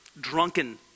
drunken